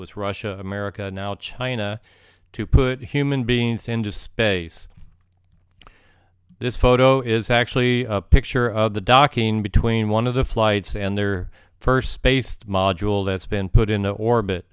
was russia america and now china to put human beings into space this photo is actually a picture of the docking between one of the flights and their first spaced module that's been put in orbit